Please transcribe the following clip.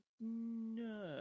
no